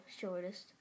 shortest